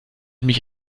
mich